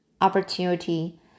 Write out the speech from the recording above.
opportunity